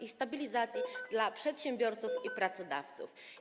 i stabilizacji dla przedsiębiorców i pracodawców.